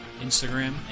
Instagram